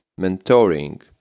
mentoring